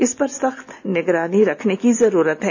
इस पर सख्त निगरानी रखने की जरूरत है